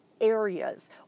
areas